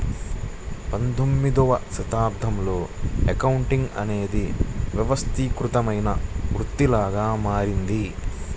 పంతొమ్మిదవ శతాబ్దంలో అకౌంటింగ్ అనేది వ్యవస్థీకృతమైన వృత్తిలాగా మారింది